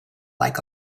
like